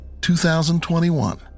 2021